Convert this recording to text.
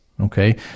okay